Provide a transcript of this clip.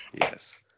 Yes